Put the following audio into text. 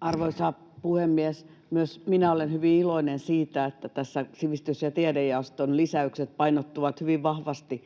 Arvoisa puhemies! Myös minä olen hyvin iloinen siitä, että sivistys- ja tiedejaoston lisäykset painottuvat tässä hyvin vahvasti